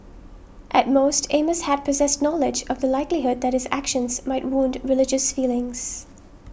at most Amos had possessed knowledge of the likelihood that his actions might wound religious feelings